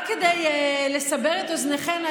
רק כדי לסבר את אוזניכם,